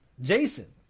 Jason